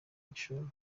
igishoro